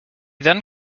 then